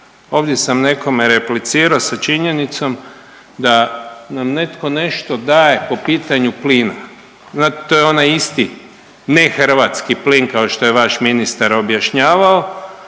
Ovdje sam nekome replicirao sa činjenicom da nam netko nešto daje po pitanju plina. Znate to je onaj isti nehrvatski plin kao što je vaš ministar objašnjavao